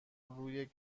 روی